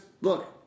look